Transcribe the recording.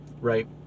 right